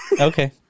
Okay